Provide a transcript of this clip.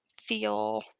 feel